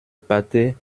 pâté